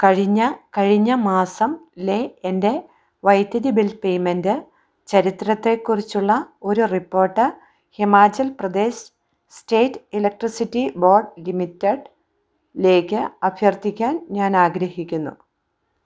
കഴിഞ്ഞ കഴിഞ്ഞ മാസത്തിലെ എൻ്റെ വൈദ്യുതി ബിൽ പേയ്മെൻ്റ് ചരിത്രത്തെക്കുറിച്ചുള്ള ഒരു report Himachal Pradesh state electricity board ലിമിറ്റഡിലേക്ക് അഭ്യർത്ഥിക്കാൻ ഞാനാഗ്രഹിക്കുന്നു